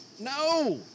No